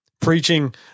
preaching